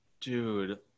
Dude